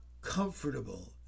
comfortable